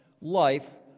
life